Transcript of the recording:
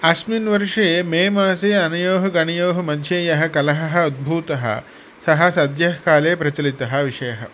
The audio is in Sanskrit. अस्मिन् वर्षे मेमासे अनयोः गणयोः मध्ये यः कलहः उद्भूतः सः सद्यः काले प्रचलितः विषयः